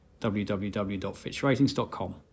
www.fitchratings.com